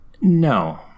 no